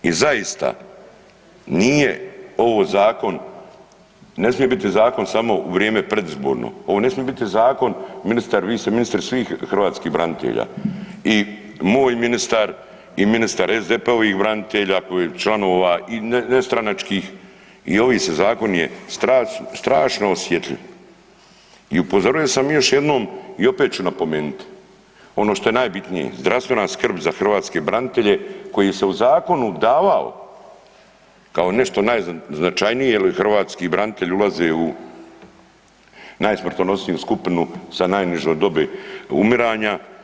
I zaista nije ovo zakon ne smije biti zakon u vrijeme predizborno, ovo ne smije biti zakon ministre vi ste ministar svih hrvatskih branitelja i moj ministar i ministar SDP-ovih branitelja članova i nestranačkih i ovi zakon je strašno osjetljiv i upozorio sam još jednom i opet ću napomenut, ono što je najbitnije, zdravstvena skrb za hrvatske branitelje koji se u zakonu davao kao nešto najznačajnije jel hrvatski branitelje ulaze u najsmrtonosniju skupinu sa najnižom dobi umiranja.